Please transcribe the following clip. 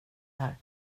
här